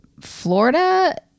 Florida